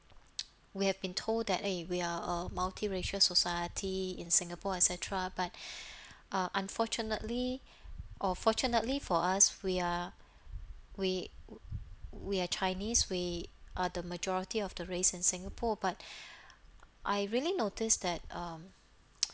we have been told that eh we are a multiracial society in singapore et cetera but uh unfortunately or fortunately for us we are we we are chinese we are the majority of the race in singapore but I really noticed that um